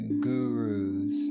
gurus